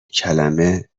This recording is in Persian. کلمه